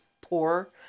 poor